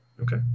Okay